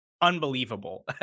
unbelievable